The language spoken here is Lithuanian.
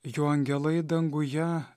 jo angelai danguje